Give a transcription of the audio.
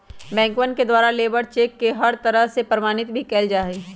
बैंकवन के द्वारा लेबर चेक के हर तरह से प्रमाणित भी कइल जा हई